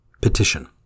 Petition